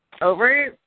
over